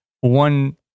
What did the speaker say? one